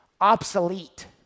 obsolete